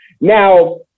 Now